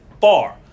far